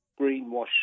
greenwash